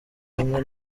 hamwe